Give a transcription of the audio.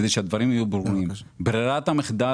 כדי שהדברים יהיו ברורים: ברירת המחדל,